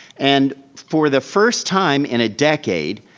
and for the first time in a decade,